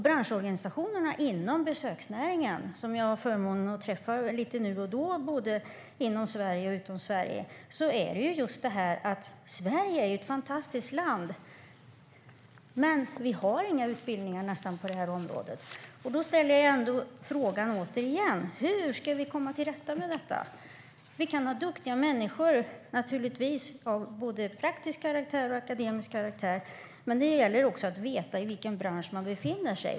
Branschorganisationerna inom besöksnäringen, som jag har förmånen att träffa lite nu och då både inom och utom Sverige, säger att Sverige är ett fantastiskt land men att vi nästan inte har några utbildningar på det här området. Då ställer jag frågan igen: Hur ska vi komma till rätta med detta? Vi kan naturligtvis ha duktiga människor av både praktisk och akademisk karaktär, men det gäller också att veta i vilken bransch man befinner sig.